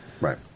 Right